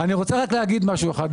רגע, אני רוצה רק להגיד משהו אחד.